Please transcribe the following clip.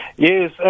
Yes